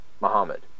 Muhammad